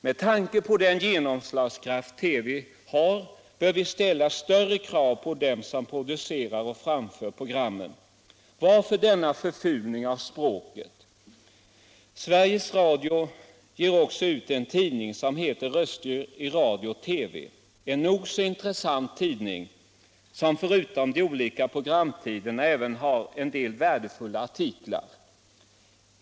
Med tanke på den genomslagskraft TV har bör vi ställa större krav på dem som producerar och framför programmen. Varför denna förfulning av språket? Sveriges Radio ger också ut en tidning som heter Röster i Radio-TV, en intressant tidning, som förutom de olika programtiderna även har en del värdefulla artiklar.